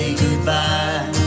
goodbye